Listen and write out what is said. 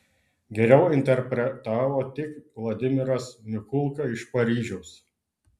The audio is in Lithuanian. geriau interpretavo tik vladimiras mikulka iš paryžiaus